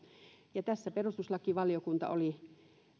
tässä perustuslakivaliokunta oli